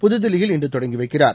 புதுதில்லியில் இன்று தொடங்கி வைக்கிறார்